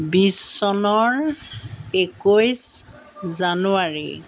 বিশ চনৰ একৈছ জানুৱাৰী